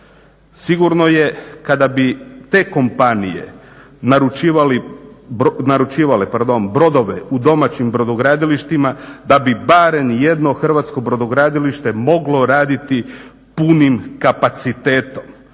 Sigurno je kada bi te kompanije naručivale brodove u domaćim brodogradilištima da bi barem jedno hrvatsko brodogradilište moglo raditi punim kapacitetom.